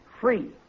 Free